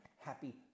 happy